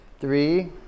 three